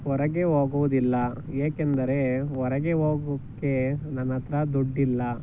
ಹೊರಗೆ ಹೋಗುವುದಿಲ್ಲ ಏಕೆಂದರೆ ಹೊರಗೆ ಹೋಗಕ್ಕೆ ನನ್ನ ಹತ್ರ ದುಡ್ಡಿಲ್ಲ